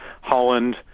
Holland